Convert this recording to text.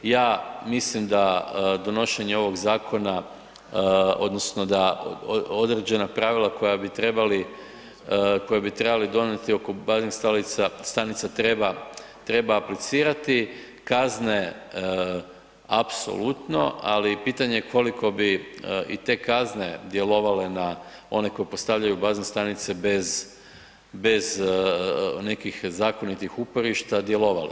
Ja mislim da donošenje ovog zakona, odnosno da određena pravila koja bi trebali donijeti oko baznih stanica treba aplicirati kazne apsolutno, ali pitanje je koliko bi i te kazne djelovale na one koji postavljaju bazne stanice bez nekih zakonitih uporišta, djelovale.